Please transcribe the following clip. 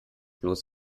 bloß